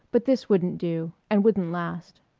but this wouldn't do and wouldn't last.